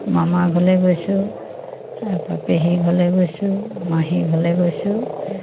মামাৰ ঘৰলে গৈছোঁ তাৰ পৰা পেহীৰ ঘৰলে গৈছোঁ মাহীৰ ঘৰলে গৈছোঁ